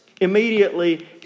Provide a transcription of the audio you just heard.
immediately